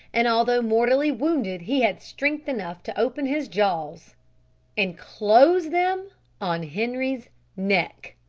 and although mortally wounded, he had strength enough to open his jaws and close them on henri's neck.